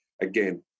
again